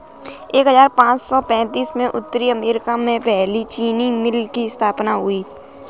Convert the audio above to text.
एक हजार पाँच सौ पैतीस में उत्तरी अमेरिकी में पहली चीनी मिल की स्थापना हुई